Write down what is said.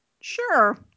sure